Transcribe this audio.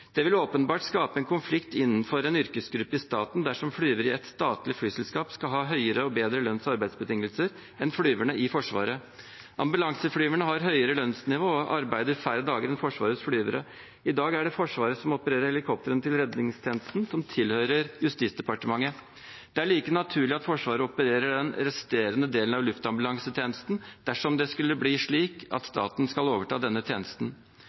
Det vil åpenbart skape en konflikt innenfor en yrkesgruppe i staten dersom flygere i et statlig flyselskap skal ha høyere og bedre lønns- og arbeidsbetingelser enn flygerne i Forsvaret. Ambulanseflygerne har høyere lønnsnivå og arbeider færre dager enn Forsvarets flygere. I dag er det Forsvaret som opererer helikoptrene til redningstjenesten, som tilhører Justis- og beredskapsdepartementet. Det er like naturlig at Forsvaret opererer den resterende delen av luftambulansetjenesten dersom det skulle bli slik at staten skal overta denne tjenesten.